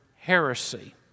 heresy